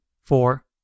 Four